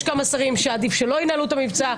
יש כמה שרים שעדיף שלא ינהלו את המבצע,